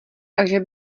takže